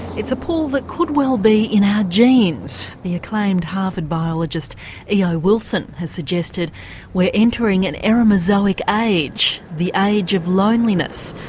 it's a pull that could well be in our genes. the acclaimed harvard biologist eo yeah wilson has suggested we're entering an eremozoic age, the age of loneliness,